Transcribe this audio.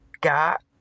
got